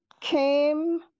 came